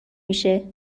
میشه